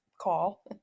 call